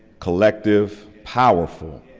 collective, powerful,